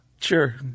Sure